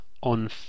on